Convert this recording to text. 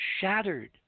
Shattered